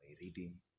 reading